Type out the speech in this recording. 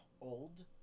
old